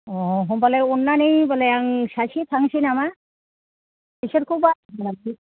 अ होम्बालाय अन्नानै होमबालाय आं सासे थांनोसै नामा बिसोरखौ